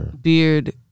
beard